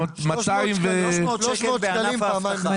כמה?